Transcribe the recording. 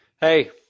Hey